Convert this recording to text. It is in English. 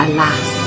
Alas